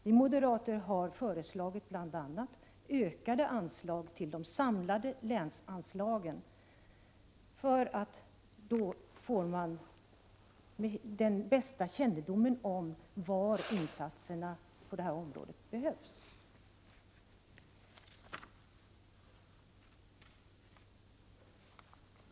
Vi moderater har bl.a. föreslagit ökade anslag till de samlade länsanslagen, för då får man den bästa kännedomen om var insatserna behövs.